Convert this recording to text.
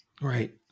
Right